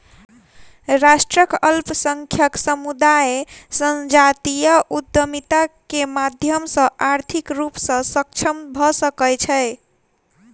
राष्ट्रक अल्पसंख्यक समुदाय संजातीय उद्यमिता के माध्यम सॅ आर्थिक रूप सॅ सक्षम भ सकै छै